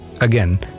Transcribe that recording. Again